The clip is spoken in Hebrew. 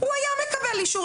הוא היה מקבל אישור.